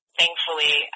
thankfully